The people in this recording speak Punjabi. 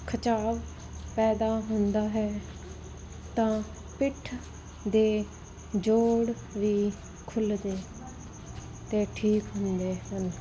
ਖਿਚਾਵ ਪੈਦਾ ਹੁੰਦਾ ਹੈ ਤਾਂ ਪਿੱਠ ਦੇ ਜੋੜ ਵੀ ਖੁੱਲ੍ਹਦੇ ਅਤੇ ਠੀਕ ਹੁੰਦੇ ਹਨ